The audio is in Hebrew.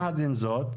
יחד עם זאת,